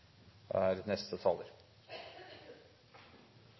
da er